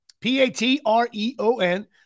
P-A-T-R-E-O-N